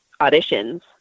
auditions